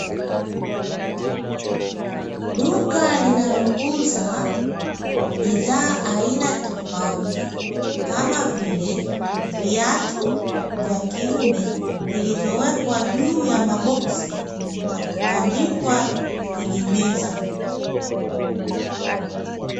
Duka linalouza bidhaa aina tofauti, kama vile viatu vya kiume vilivyowekwa juu ya maboksi na kutandikwa kwenye meza.